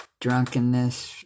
drunkenness